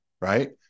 right